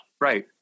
Right